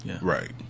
Right